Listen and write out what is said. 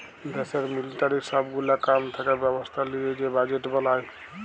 দ্যাশের মিলিটারির সব গুলা কাম থাকা ব্যবস্থা লিয়ে যে বাজেট বলায়